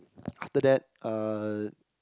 after that uh